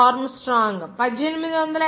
ఆర్మ్స్ట్రాంగ్Henry E